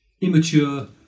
immature